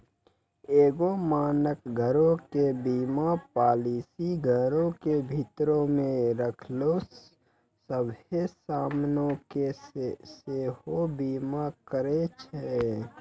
एगो मानक घरो के बीमा पालिसी घरो के भीतरो मे रखलो सभ्भे समानो के सेहो बीमा करै छै